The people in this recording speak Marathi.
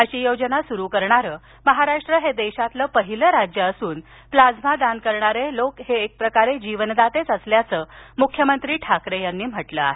अशी योजना सुरु करणारं महाराष्ट्र हे देशातलं पहिलं राज्य असून प्लाझ्मा दान करणारे एक प्रकारे जीवनदातेच असल्याचं मुख्यमंत्री ठाकरे यांनी म्हटल आहे